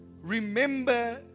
Remember